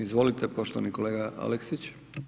Izvolite poštovani kolega Aleksić.